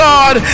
God